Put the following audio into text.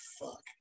fuck